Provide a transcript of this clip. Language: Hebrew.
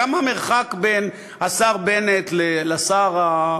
מה המרחק בין השר בנט לשר,